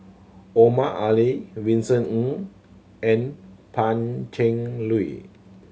Omar Ali Vincent Ng and Pan Cheng Lui